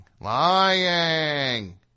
Lying